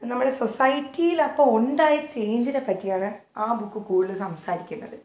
നമ്മുടെ സൊസൈറ്റീലപ്പം ഉണ്ടായ ചേയ്ഞ്ചിനെപ്പറ്റിയാണ് ആ ബുക്ക് കൂടുതൽ സംസാരിക്കുന്നത്